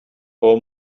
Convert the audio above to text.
all